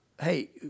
hey